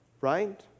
right